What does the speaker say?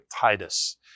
Titus